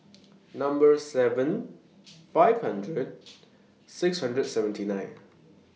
Number seven five hundred six hundred seventy nine